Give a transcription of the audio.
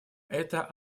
это